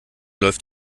läuft